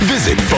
Visit